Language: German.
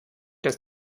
dass